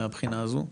מהבחינה הזו,